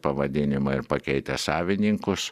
pavadinimą ir pakeitę savininkus